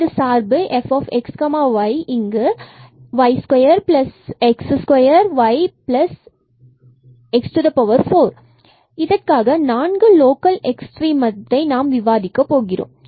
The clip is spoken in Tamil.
இது சார்பு fxy இங்கு y square x square y x 4 இதற்கான 4 லோக்கல் எக்ஸ்ட்ரீமம்ஐ நாம் விவாதிக்கப் போகிறோம்